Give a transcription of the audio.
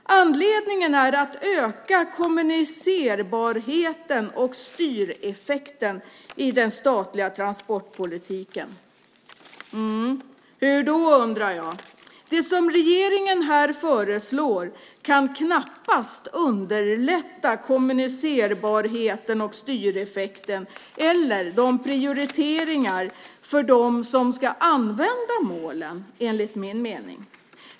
Anledningen är att öka kommunicerbarheten och styreffekten i den statliga transportpolitiken. Hur då? Det regeringen här föreslår kan, enligt min mening, knappast underlätta kommunicerbarheten och styreffekten eller prioriteringar för dem som ska använda målen.